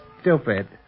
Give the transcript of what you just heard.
stupid